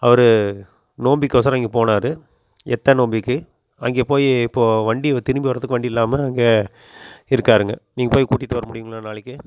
அவரு நோம்பிக்கொசரம் இங்கே போனாரு எத்தனை நோம்பிக்கு அங்கே போயி இப்போது வண்டி திரும்பி வரதுக்கு வண்டி இல்லாமல் அங்கே இருக்காருங்க நீங்கள் போயி கூட்டிகிட்டு வர முடியுங்களா நாளைக்கு